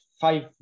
five